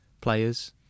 players